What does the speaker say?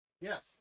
Yes